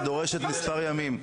דורשת מספר ימים.